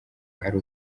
ari